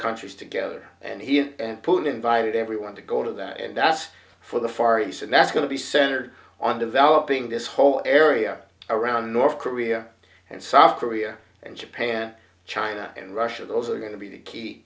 countries together and he and putin invited everyone to go to that and that's for the far east and that's going to be centered on developing this whole area around north korea and south korea and japan china and russia those are going to be the key